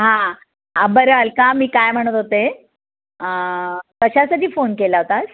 हां बरं अलका मी काय म्हणत होते कशासाठी फोन केला होतास